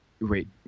wait